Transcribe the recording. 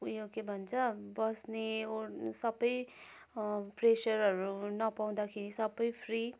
उयो के भन्छ बस्ने सबै प्रेसरहरू नपाउँदाखेरि सबै फ्री